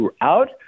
throughout